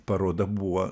paroda buvo